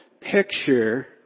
picture